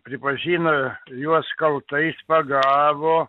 pripažino juos kaltais pagavo